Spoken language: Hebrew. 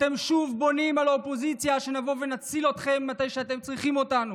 אתם שוב בונים על האופוזיציה שנבוא ונציל אתכם מתי שאתם צריכים אותנו.